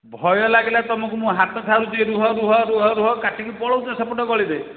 ଭୟ ଲାଗିଲା ତୁମକୁ ମୁଁ ହାତ ଠାରୁଛି ରୁହ ରୁହ ରୁହ ରୁହ କାଟିକି ପଲାଉଛ ସେପଟ ଗଳିରେ